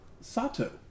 Sato